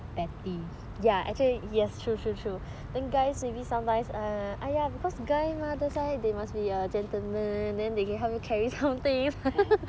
petty ya